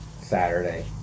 Saturday